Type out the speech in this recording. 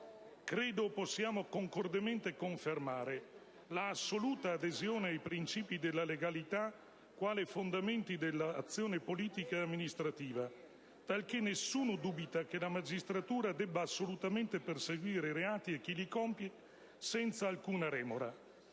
Credo possiamo concordemente confermare la assoluta adesione ai principi della legalità quali fondamenti dell'azione politico‑amministrativa, talché nessuno dubita che la magistratura debba assolutamente perseguire i reati e chi li compie, senza alcuna remora.